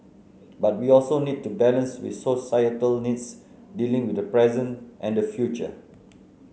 but we also need to balance with societal needs dealing with the present and the future